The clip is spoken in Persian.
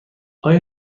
آیا